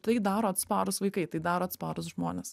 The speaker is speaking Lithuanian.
tai daro atsparūs vaikai tai daro atsparūs žmonės